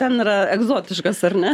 ten yra egzotiškas ar ne